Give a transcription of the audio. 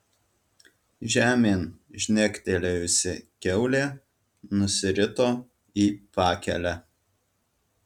žemėn žnektelėjusi kiaulė nusirito į pakelę